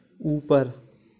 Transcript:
ऊपर